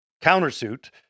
countersuit